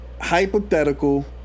hypothetical